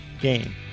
game